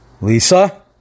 Lisa